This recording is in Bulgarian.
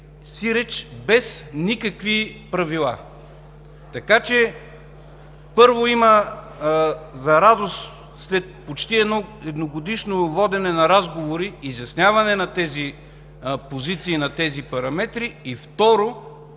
сиреч без никакви правила. Първо, за радост, след почти едногодишно водене на разговори има изясняване на тези позиции и на тези параметри. Второ,